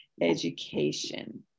education